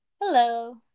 hello